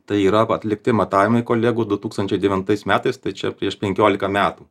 tai yra atlikti matavimai kolegų du tūkstančiai devintais metais tai čia prieš penkiolika metų